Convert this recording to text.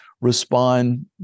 respond